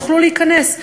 שיוכלו להיכנס,